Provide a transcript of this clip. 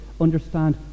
understand